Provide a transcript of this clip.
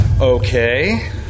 Okay